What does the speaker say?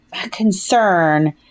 concern